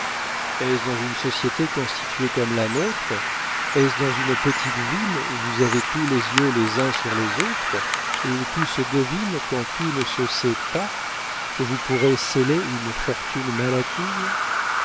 est-ce dans une société constituée comme la nôtre est-ce dans une petite ville où vous avez tous les yeux les uns sur les autres et où tout se devine quand tout ne se sait pas que vous pourrez celer une fortune mal acquise